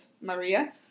Maria